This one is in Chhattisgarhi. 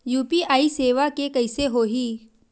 यू.पी.आई सेवा के कइसे होही?